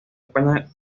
españa